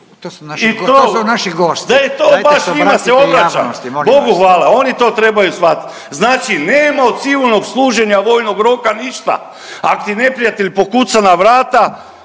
se obratite jasnosti, molim vas./... Bogu hvala, oni to trebaju shvatiti. Znači nema u civilnog služenja vojnog roka ništa, ako ti neprijatelj pokuca na vrata,